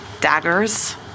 daggers